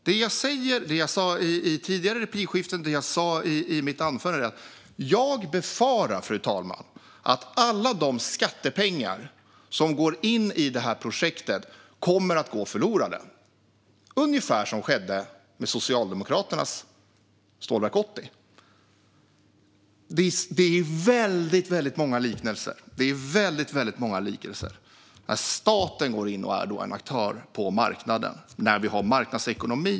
Det jag sa i mitt huvudanförande och i tidigare replikskiften, fru talman, är att jag befarar att alla de skattepengar som går in i det här projektet kommer att gå förlorade, ungefär som skedde med Socialdemokraternas Stålverk 80. Det finns väldigt många likheter. Staten går in och är en aktör på marknaden när vi har marknadsekonomi.